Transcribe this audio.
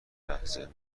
لحظه